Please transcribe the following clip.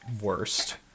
worst